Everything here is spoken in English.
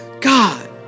God